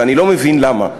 ואני לא מבין למה.